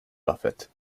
buffett